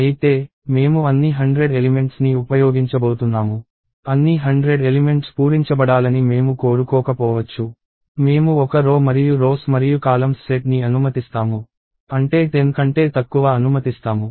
అయితే మేము అన్ని 100 ఎలిమెంట్స్ ని ఉపయోగించబోతున్నాము అన్ని 100 ఎలిమెంట్స్ పూరించబడాలని మేము కోరుకోకపోవచ్చు మేము ఒక రో మరియు రోస్ మరియు కాలమ్స్ సెట్ ని అనుమతిస్తాము అంటే 10 కంటే తక్కువ అనుమతిస్తాము